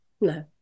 no